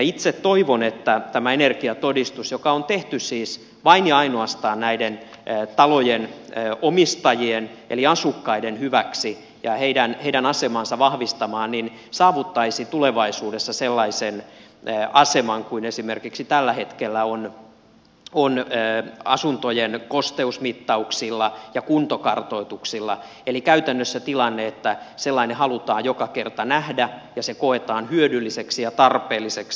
itse toivon että tämä energiatodistus joka on tehty siis vain ja ainoastaan näiden talojen omistajien eli asukkaiden hyväksi ja heidän asemaansa vahvistamaan saavuttaisi tulevaisuudessa sellaisen aseman kuin esimerkiksi tällä hetkellä on asuntojen kosteusmittauksilla ja kuntokartoituksilla eli käytännössä olisi tilanne että sellainen halutaan joka kerta nähdä ja se koetaan hyödylliseksi ja tarpeelliseksi